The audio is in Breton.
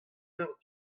eur